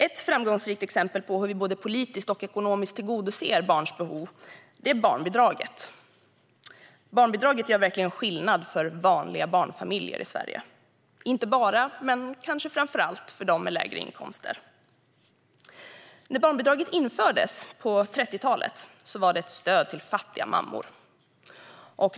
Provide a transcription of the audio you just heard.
Ett framgångsrikt exempel på hur vi både politiskt och ekonomiskt tillgodoser barns behov är barnbidraget. Barnbidraget gör verkligen skillnad för vanliga barnfamiljer i Sverige - inte bara, men kanske framför allt, för dem med lägre inkomster. När barnbidraget infördes på 30-talet var det ett stöd till fattiga mammor.